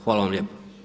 Hvala vam lijepo.